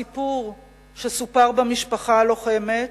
הסיפור שסופר במשפחה הלוחמת,